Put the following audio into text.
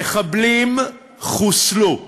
המחבלים חוסלו.